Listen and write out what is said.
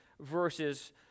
verses